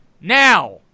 now